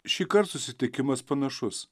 šįkart susitikimas panašus